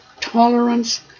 tolerance